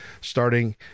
starting